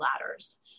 ladders